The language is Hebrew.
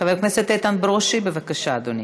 חבר הכנסת איתן ברושי, בבקשה, אדוני.